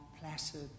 placid